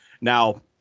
Now